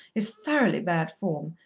is thoroughly bad form.